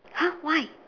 !huh! why